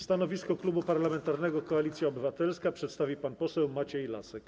Stanowisko Klubu Parlamentarnego Koalicja Obywatelska przedstawi pan poseł Maciej Lasek.